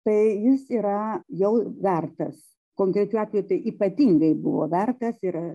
tai jis yra jau vertas konkrečiu atveju tai ypatingai buvo vertas ir